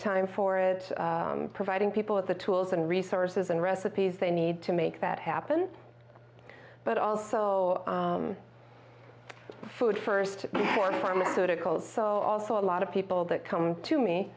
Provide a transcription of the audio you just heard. time for it providing people with the tools and resources and recipes they need to make that happen but also food first for pharmaceuticals so also a lot of people that come to